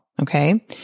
Okay